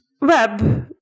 web